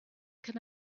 can